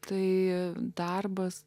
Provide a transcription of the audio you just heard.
tai darbas